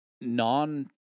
non